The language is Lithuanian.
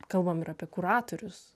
kalbam ir apie kuratorius